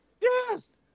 Yes